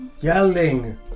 Yelling